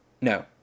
No